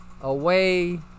away